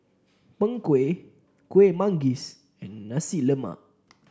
Png Kueh Kuih Manggis and Nasi Lemak